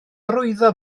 arwyddo